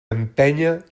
empènyer